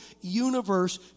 universe